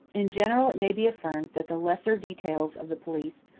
in general it may be affirmed that the lesser details of the police,